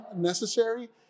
necessary